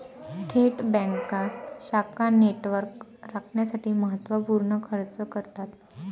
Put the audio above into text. थेट बँका शाखा नेटवर्क राखण्यासाठी महत्त्व पूर्ण खर्च कमी करतात